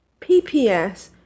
PPS